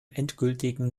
endgültigen